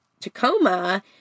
Tacoma